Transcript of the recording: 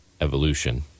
evolution